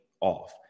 off